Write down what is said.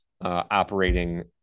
operating